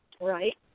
Right